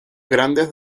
grandes